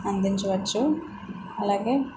అందించవచ్చు అలాగే